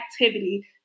activity